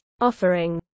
offering